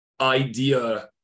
idea